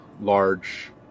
large